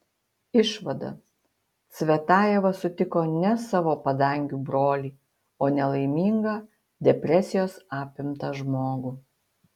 išvada cvetajeva sutiko ne savo padangių brolį o nelaimingą depresijos apimtą žmogų